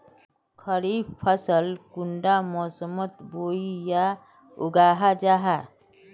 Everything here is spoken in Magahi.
खरीफ फसल कुंडा मोसमोत बोई या उगाहा जाहा?